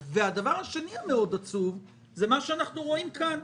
והדבר השני העצוב מאוד הוא מה שאנחנו רואים כאן.